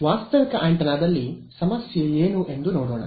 ವಾಸ್ತವಿಕ ಆಂಟೆನಾದಲ್ಲಿ ಸಮಸ್ಯೆ ಏನು ಎಂದು ನೋಡೋಣ